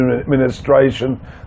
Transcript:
administration